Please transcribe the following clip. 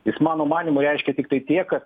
jis mano manymu reiškia tiktai tiek kad